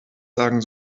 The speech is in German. sagen